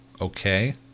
okay